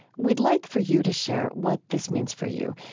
we'd like for you to share what this means for you.